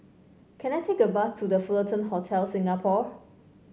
can I take a bus to The Fullerton Hotel Singapore